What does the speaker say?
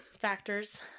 factors